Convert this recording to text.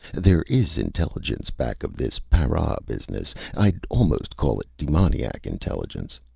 there is intelligence back of this para business. i'd almost call it demoniac intelligence.